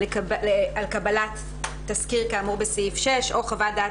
על קבלת תסקיר כאמור בסעיף 6 או חוות דעת